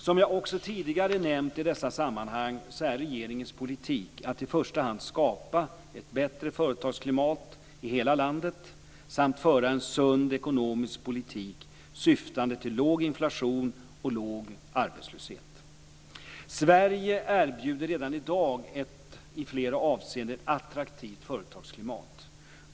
Som jag också tidigare nämnt i dessa sammanhang är regeringens politik att i första hand skapa ett bra företagsklimat i hela landet samt att föra en sund ekonomisk politik syftande till låg inflation och låg arbetslöshet. Sverige erbjuder redan i dag ett i flera avseenden attraktivt företagsklimat.